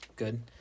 Good